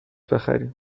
بخریم